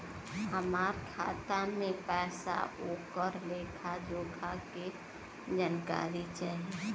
हमार खाता में पैसा ओकर लेखा जोखा के जानकारी चाही?